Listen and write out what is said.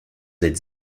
êtes